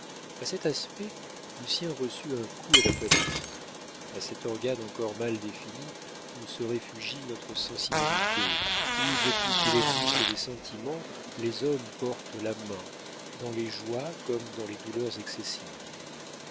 a cet aspect lucien reçut un coup à la poitrine à cet organe encore mal défini où se réfugie notre sensibilité où depuis qu'il existe des sentiments les hommes portent la main dans les joies comme dans les douleurs excessives